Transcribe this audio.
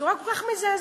בצורה כל כך מזעזעת,